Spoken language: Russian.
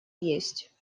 есть